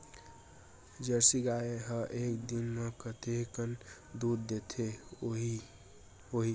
Jersey गाय ह एक दिन म कतेकन दूध देत होही?